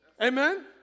Amen